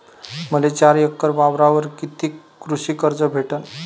मले चार एकर वावरावर कितीक कृषी कर्ज भेटन?